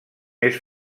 més